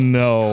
no